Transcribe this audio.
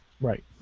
Right